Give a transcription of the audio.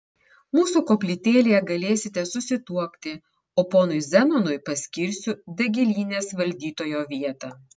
mūsų koplytėlėje galėsite susituokti o ponui zenonui paskirsiu dagilynės valdytojo vietą